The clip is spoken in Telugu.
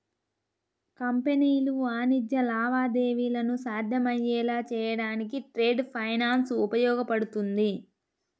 కంపెనీలు వాణిజ్య లావాదేవీలను సాధ్యమయ్యేలా చేయడానికి ట్రేడ్ ఫైనాన్స్ ఉపయోగపడుతుంది